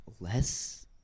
less